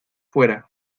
fuera